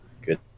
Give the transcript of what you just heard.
good